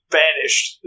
vanished